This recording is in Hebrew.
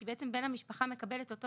כי בעצם בן המשפחה מקבל את אותו